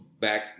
back